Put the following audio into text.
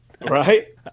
Right